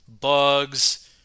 bugs